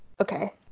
Okay